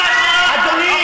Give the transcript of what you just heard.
אתה תתבייש.